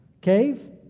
Cave